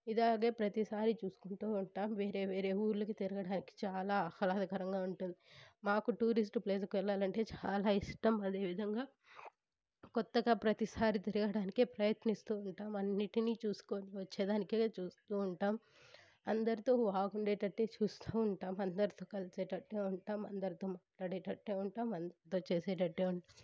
ఇలాగే ప్రతిసారి చూసుకుంటు ఉంటాం వేరే వేరే ఊళ్ళకు తిరగడానికి చాలా ఆహ్లాదకరంగా ఉంటుంది మాకు టూరిస్ట్ ప్లేసులకి వెళ్ళాలంటే చాలా ఇష్టం అదేవిధంగా కొత్తగా ప్రతిసారి తిరగడానికి ప్రయత్నిస్తు ఉంటాం అన్నిటిని చూసుకొని వచ్చేదానికే చూస్తూ ఉంటాం అందరితో బాగుండేటట్టు చూస్తు ఉంటాం అందరితో కలిసేటట్టు ఉంటాం అందరితో మాట్లాడేటట్టు ఉంటాం అందరితో చేసేటట్టు ఉంటాం